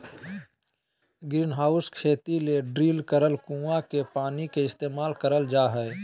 greenhouse खेती ले drill करल कुआँ के पानी के इस्तेमाल करल जा हय